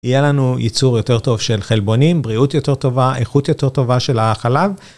יהיה לנו ייצור יותר טוב של חלבונים, בריאות יותר טובה, איכות יותר טובה של החלב.